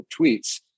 tweets